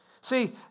See